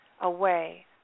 away